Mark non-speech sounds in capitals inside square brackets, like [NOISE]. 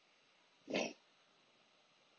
[BREATH]